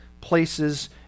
places